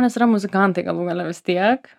nes yra muzikantai galų gale vis tiek